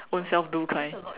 own self do kind